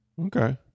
Okay